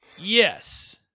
Yes